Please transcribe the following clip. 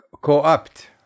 co-opt